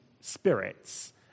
spirits